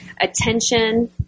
attention